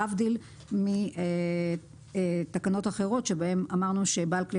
להבדיל מתקנות אחרות בהן אמרנו שבעל כלי